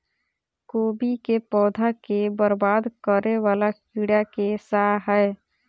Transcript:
कोबी केँ पौधा केँ बरबाद करे वला कीड़ा केँ सा है?